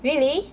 really